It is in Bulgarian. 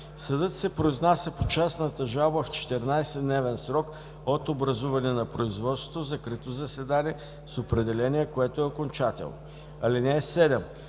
Съдът се произнася по частната жалба в 14-дневен срок от образуване на производството в закрито заседание с определение, което е окончателно. (7)